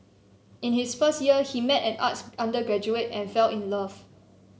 in his first year he met an arts undergraduate and fell in love